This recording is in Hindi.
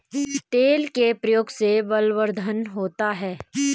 तिल के प्रयोग से बलवर्धन होता है